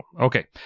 Okay